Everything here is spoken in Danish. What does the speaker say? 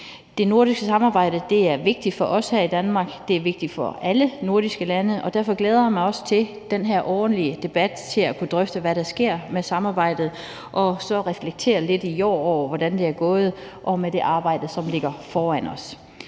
Det nordiske samarbejde er vigtigt for os her i Danmark, det er vigtigt for alle nordiske lande, og derfor glæder jeg mig også til den her årlige debat og til at kunne drøfte, hvad der sker med samarbejdet, og så reflektere lidt over, hvordan det er gået i år, og over det arbejde, som ligger foran os.